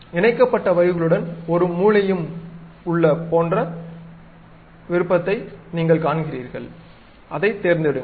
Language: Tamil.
இணைக்கப்பட்ட வரிகளுடன் ஒரு மூலையும் உள்ள போன்ற ஒன்று இருப்பதை நீங்கள் காண்கிறீர்கள் அதைத் தேர்ந்தெடுங்கள்